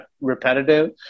repetitive